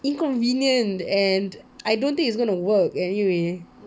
inconvenient and I don't think it's going to work anyway